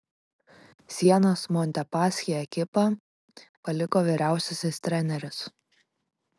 sienos montepaschi ekipą paliko vyriausiasis treneris